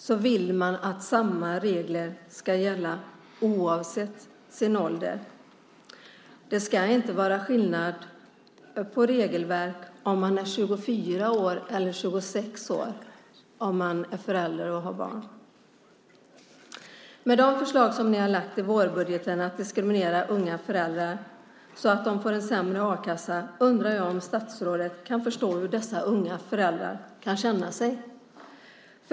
Man vill att samma regler ska gälla oavsett hur gammal man är. Det ska inte vara skillnad på regelverket om man är 24 år eller 26 år om man är förälder. Med de förslag som ni har lagt fram i vårbudgeten om att diskriminera unga föräldrar så att de får en sämre a-kassa undrar jag om statsrådet kan förstå hur dessa unga föräldrar kan känna sig.